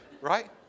right